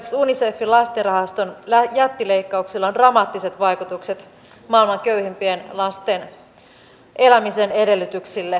esimerkiksi unicefin lastenrahaston jättileikkauksilla on dramaattiset vaikutukset maailman köyhimpien lasten elämisen edellytyksille